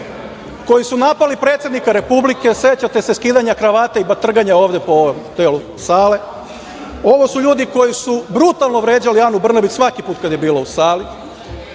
koji su napali predsednika Republike, sećate se skidanja kravate i batrganja ovde po delu sale. Ovo su ljudi koji su brutalno vređali Anu Brnabić svaki put kad je bila u sali.